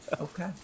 Okay